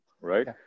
right